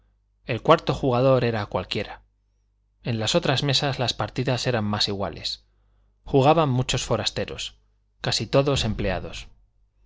el cuarto jugador era cualquiera en las otras mesas las partidas eran más iguales jugaban muchos forasteros casi todos empleados